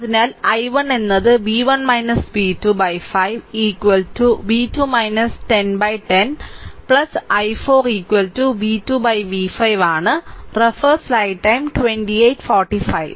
അതിനാൽ i1 എന്നത് v1 v2 5 v2 1010 i4 v2 5 ആണ്